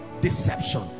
deception